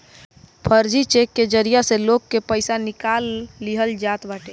फर्जी चेक के जरिया से लोग के पईसा निकाल लिहल जात बाटे